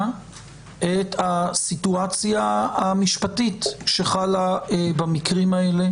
את הסיטואציה המשפטית שחלה במקרים האלה,